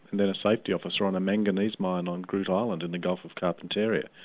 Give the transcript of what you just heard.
and then a safety officer on a manganese mine on groote eylandt in the gulf of carpentaria,